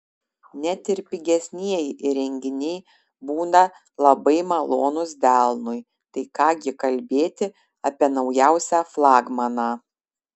net ir pigesnieji įrenginiai būna labai malonūs delnui tai ką gi kalbėti apie naujausią flagmaną